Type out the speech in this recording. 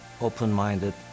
open-minded